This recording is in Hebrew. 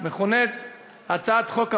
המכונה הצעת חוק המואזין.